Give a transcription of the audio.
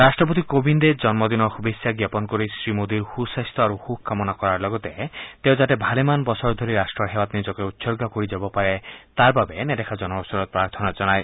ৰট্টপতি কোবিন্দে জন্ম দিনৰ শুভেচ্ছা জ্ঞাপন কৰি শ্ৰীমোদীৰ সুস্বাস্থ্য আৰু সুখ কামনা কৰাৰ লগতে তেওঁ যাতে ভালেমান বছৰ ধৰি ৰট্টৰ সেৱাত নিজকে উৎসৰ্গা কৰি যাব পাৰে তাৰাবাবে নেদেখাজনৰ ওচৰত প্ৰাৰ্থনা জনায়